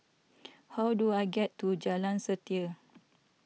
how do I get to Jalan Setia